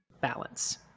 balance